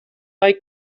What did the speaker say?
hay